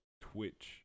twitch